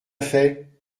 fait